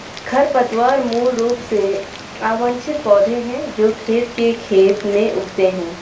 खरपतवार मूल रूप से अवांछित पौधे हैं जो खेत के खेत में उगते हैं